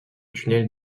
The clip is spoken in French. tunnel